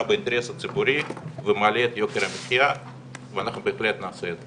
באינטרס הציבורי ומעלה את יוקר המחיה ואנחנו בהחלט נעשה את זה,